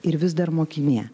ir vis dar mokinė